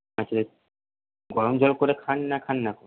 আচ্ছা গরম জল করে খান না খাননা এখন